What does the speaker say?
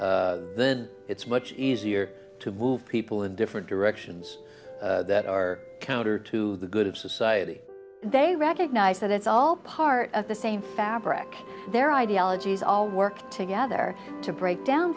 then it's much easier to move people in different directions that are counter to the good of society they recognize that it's all part of the same fabric their ideologies all work together to break down